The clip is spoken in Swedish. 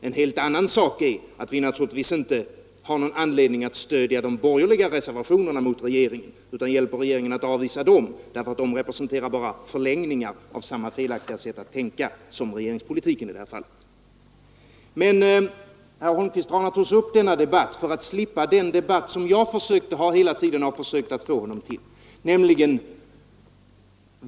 En helt annan sak är att vi naturligtvis inte har någon anledning att stödja de borgerliga reservationerna mot regeringen utan hjälper regeringen att avvisa dem; de representerar bara en förlängning av samma felaktiga sätt att tänka som regeringspolitiken i detta fall. Men herr Holmqvist drar naturligtvis upp denna debatt för att slippa den debatt som jag hela tiden har försökt att få honom till.